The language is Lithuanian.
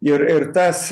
ir ir tas